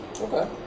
okay